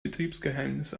betriebsgeheimnis